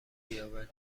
بیاوری